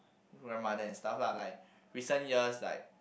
grandmother and stuff lah like recent years like